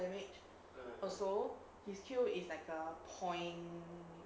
damage also his kill is like a point